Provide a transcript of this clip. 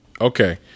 Okay